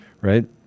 right